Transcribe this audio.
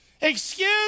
Excuse